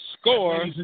score